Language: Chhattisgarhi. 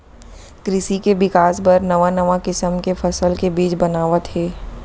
कृसि के बिकास बर नवा नवा किसम के फसल के बीज बनावत हें